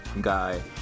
guy